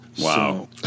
Wow